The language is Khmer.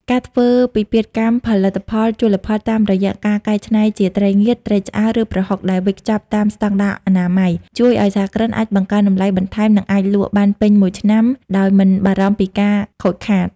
ការធ្វើពិពិធកម្មផលិតផលជលផលតាមរយៈការកែច្នៃជាត្រីងៀត ត្រីឆ្អើរ ឬប្រហុកដែលវេចខ្ចប់តាមស្ដង់ដារអនាម័យ ជួយឱ្យសហគ្រិនអាចបង្កើនតម្លៃបន្ថែម និងអាចលក់បានពេញមួយឆ្នាំដោយមិនបារម្ភពីការខូចខាត។